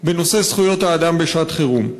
בנושא זכויות האדם בשעת חירום.